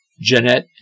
Jeanette